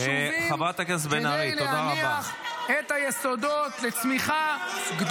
זה לא במטרות שלך?